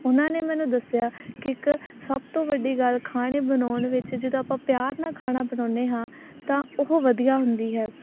ਉਹਨਾਂ ਨੇ ਮੈਨੂੰ ਦੱਸਿਆ ਕਿ ਇੱਕ ਸਭ ਤੋਂ ਵੱਡੀ ਗੱਲ ਖਾਣੇ ਬਣਾਉਣ ਵਿੱਚ ਜਦੋਂ ਆਪਾਂ ਪਿਆਰ ਨਾਲ ਖਾਣਾ ਬਣਾਉਂਦੇ ਹਾਂ ਤਾਂ ਉਹ ਵਧੀਆ ਹੁੰਦੀ ਹੈ